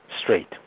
straight